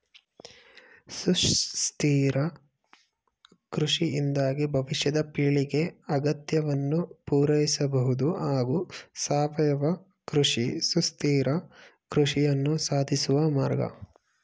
ಸುಸ್ಥಿರ ಕೃಷಿಯಿಂದಾಗಿ ಭವಿಷ್ಯದ ಪೀಳಿಗೆ ಅಗತ್ಯವನ್ನು ಪೂರೈಸಬಹುದು ಹಾಗೂ ಸಾವಯವ ಕೃಷಿ ಸುಸ್ಥಿರ ಕೃಷಿಯನ್ನು ಸಾಧಿಸುವ ಮಾರ್ಗ